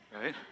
Right